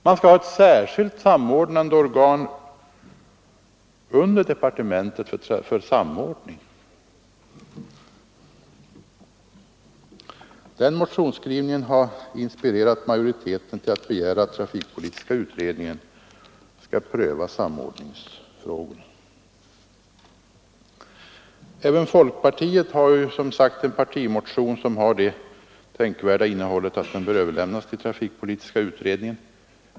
Man skall ha ett särskilt organ under departementet för samordningen! Den motionsskrivningen har inspirerat majoriteten att begära att trafikpolitiska utredningen skall pröva samordningsfrågorna. Även folkpartiet har som sagt en partimotion med det tänkvärda innehållet att den bör överlämnas till trafikpolitiska utredningen.